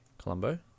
colombo